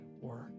work